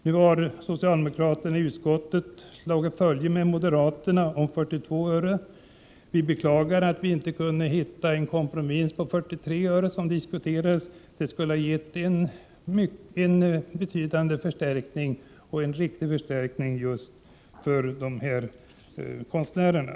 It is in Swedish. Nu har socialdemokraterna i utskottet slagit följe med moderaterna och enats om en höjning till 42 öre. Vi beklagar att vi inte kunde nå fram till den kompromiss på 43 öre som diskuterades. Det skulle ha inneburit en betydande, och riktig, förstärkning för just konstnärerna.